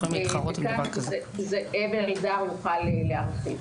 וכאן זאב אלדר יוכל להרחיב.